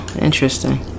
Interesting